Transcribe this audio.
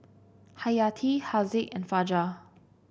Hayati Haziq and Fajar